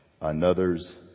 another's